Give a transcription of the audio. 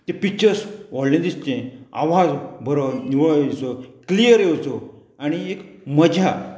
तें पिक्चर्स व्हडलें दिसचें आवाज बरो निवळ येवचो क्लियर येवचो आनी एक मजा